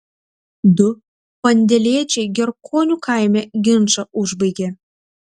du pandėliečiai gerkonių kaime ginčą užbaigė